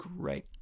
great